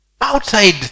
outside